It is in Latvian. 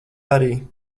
arī